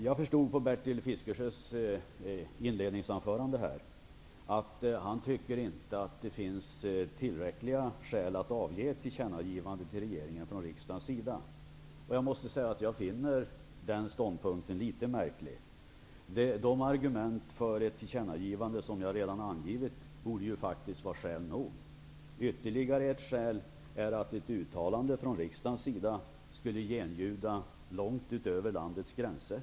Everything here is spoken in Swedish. Jag förstod av Bertil Fiskejös inledningsanförande här att han inte tycker det finns tillräckliga skäl för riksdagen att avge ett tillkännagivande till regeringen. Jag finner den ståndpunkten litet märklig. De argument för ett tillkännagivande som jag redan angivit borde faktiskt vara skäl nog. Ytterligare ett skäl är att ett uttalande från riksdagen skulle genljuda långt utöver landets gränser.